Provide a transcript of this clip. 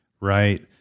Right